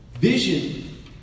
Vision